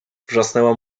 wrzasnęła